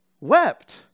wept